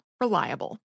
Reliable